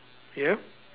ya